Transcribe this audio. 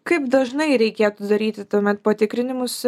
kaip dažnai reikėtų daryti tuomet patikrinimus